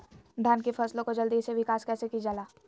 धान की फसलें को जल्दी से विकास कैसी कि जाला?